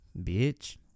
bitch